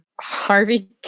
Harvey